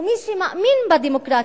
ומי שמאמין בדמוקרטיה,